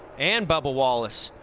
and bubba wallace.